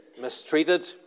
mistreated